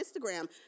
Instagram